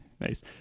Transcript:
Nice